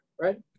right